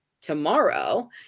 Tomorrow